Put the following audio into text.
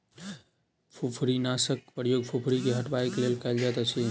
फुफरीनाशकक प्रयोग फुफरी के हटयबाक लेल कयल जाइतअछि